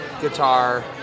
guitar